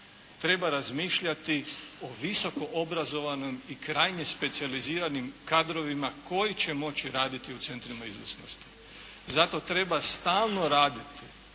treba razmišljati o visoko obrazovanom i krajnje specijaliziranim kadrovima koji će moći raditi u centrima izvrsnosti. Zato treba stalno raditi